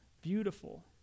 beautiful